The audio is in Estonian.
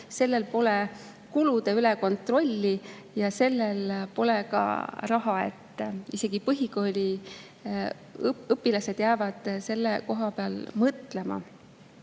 sellel pole kulude üle kontrolli ja sellel pole ka raha. Isegi põhikooliõpilased jäävad selle koha peal mõtlema.